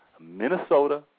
Minnesota